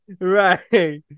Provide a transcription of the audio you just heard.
right